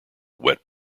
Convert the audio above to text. wet